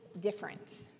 different